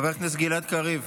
חבר הכנסת גלעד קריב,